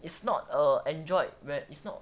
it's not uh android where it's not